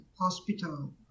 hospital